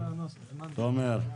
תומר,